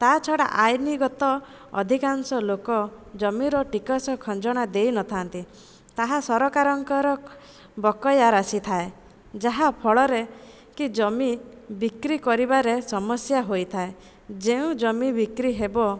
ତାଛଡ଼ା ଆଇନଗତ ଅଧିକାଂଶ ଲୋକ ଜମିର ଟିକସ ଖଞ୍ଜଣା ଦେଇନଥାନ୍ତି ତାହା ସରକାରଙ୍କର ବକେୟା ରାଶି ଥାଏ ଯାହା ଫଳରେ କି ଜମି ବିକ୍ରି କରିବାରେ ସମସ୍ୟା ହୋଇଥାଏ ଯେଉଁ ଜମି ବିକ୍ରି ହେବ